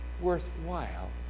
worthwhile